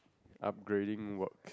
upgrading work